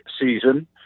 season